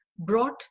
brought